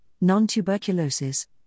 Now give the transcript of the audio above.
non-tuberculosis